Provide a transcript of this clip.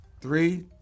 Three